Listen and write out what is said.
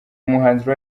umuhanzi